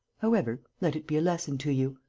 however, let it be a lesson to you.